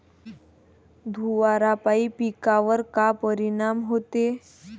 धुवारापाई पिकावर का परीनाम होते?